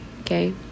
Okay